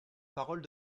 parole